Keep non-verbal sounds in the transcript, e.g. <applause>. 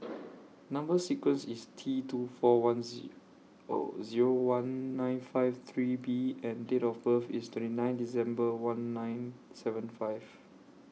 <noise> Number sequence IS T two four one Z O Zero one nine five three B and Date of birth IS twenty nine December one nine seven five